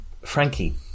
Frankie